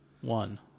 one